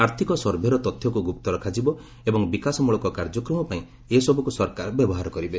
ଆର୍ଥିକ ସର୍ଭେର ତଥ୍ୟକୁ ଗୁପ୍ତ ରଖାଯିବ ଏବଂ ବିକାଶ ମୂଳକ କାର୍ଯ୍ୟକ୍ରମ ପାଇଁ ଏସବୃକ୍ ସରକାର ବ୍ୟବହାର କରିବେ